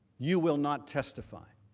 you will not testify.